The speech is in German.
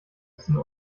diesen